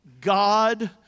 God